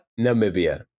namibia